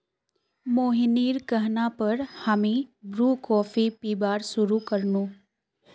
मोहिनीर कहना पर हामी ब्रू कॉफी पीबार शुरू कर नु